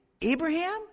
Abraham